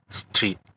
street